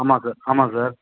ஆமாம் சார் ஆமாம் சார்